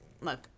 look